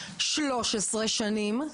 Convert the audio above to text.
13 שנים,